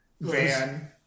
van